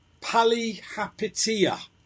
Palihapitiya